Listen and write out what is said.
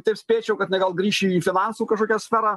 taip spėčiau kad jinai gal grįš į finansų kažkokią sferą